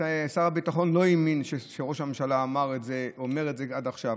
שר הביטחון לא האמין שראש הממשלה אומר את זה עד עכשיו,